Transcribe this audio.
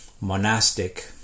monastic